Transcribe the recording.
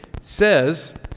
says